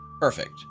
Perfect